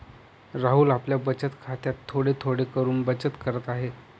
राहुल आपल्या बचत खात्यात थोडे थोडे करून बचत करत आहे